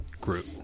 group